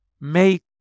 make